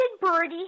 Birdie